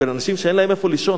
בין אנשים שאין להם איפה לישון,